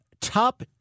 top